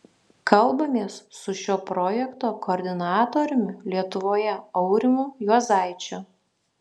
kalbamės su šio projekto koordinatoriumi lietuvoje aurimu juozaičiu